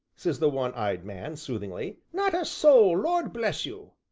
said the one-eyed man soothingly, not a soul, lord bless you!